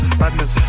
badness